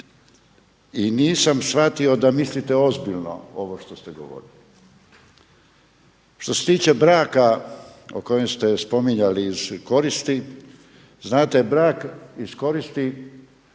i nisam shvatio da mislite ozbiljno ovo što ste govorili. Što se tiče braka koji ste spominjali iz koristi, znate brak iz koristi